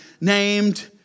named